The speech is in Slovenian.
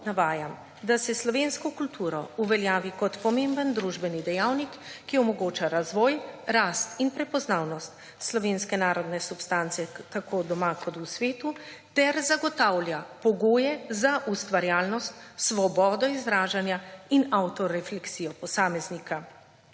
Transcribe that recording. navajam, da se slovensko kulturo uveljavi kot pomemben družbeni dejavnik, ki omogoča razvoj, rast in prepoznavnost slovenske narodne substance tako doma kot v svetu ter zagotavlja pogoje za ustvarjalnost, svobodo izražanja in avtorefleksijo posameznika.